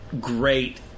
great